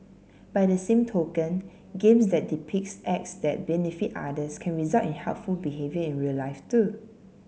by the same token games that depicts acts that benefit others can result in helpful behaviour in real life too